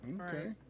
Okay